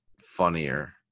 funnier